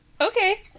Okay